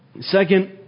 Second